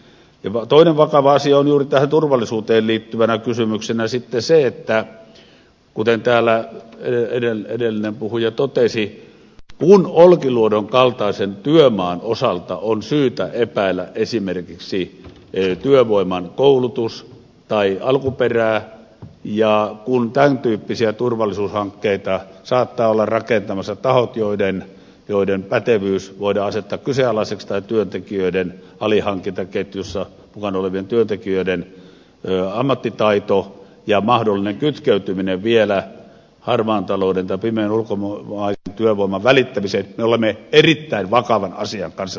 toinen vakava asia on juuri tähän turvallisuuteen liittyvänä kysymyksenä sitten se kuten täällä edellinen puhuja totesi että kun olkiluodon kaltaisen työmaan osalta on syytä epäillä esimerkiksi työvoiman koulutusta tai alkuperää ja kun tämäntyyppisiä turvallisuushankkeita saattavat olla rakentamassa tahot joiden pätevyys voidaan asettaa kyseenalaiseksi tai työntekijöiden alihankintaketjussa mukana olevien työntekijöiden ammattitaito ja mahdollinen kytkeytyminen vielä harmaan talouden tai pimeän ulkomaisen työvoiman välittämiseen me olemme erittäin vakavan asian kanssa tekemisissä